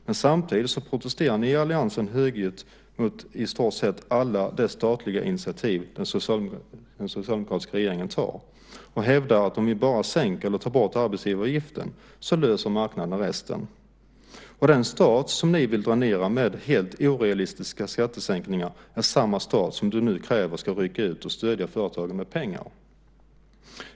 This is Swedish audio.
Men samtidigt protesterar ni i alliansen högljutt mot i stort sett alla de statliga initiativ den socialdemokratiska regeringen tar och hävdar att om vi bara sänker eller tar bort arbetsgivaravgiften löser marknaden resten. Och den stat som ni vill dränera med helt orealistiska skattesänkningar är samma stat som du nu kräver ska rycka ut och stödja företagen med pengar.